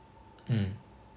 mm